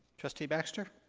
trustee baxter?